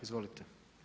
Izvolite.